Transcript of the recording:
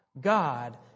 God